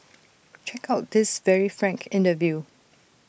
check out this very frank interview